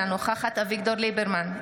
אינה נוכחת אביגדור ליברמן,